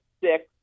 six